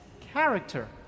character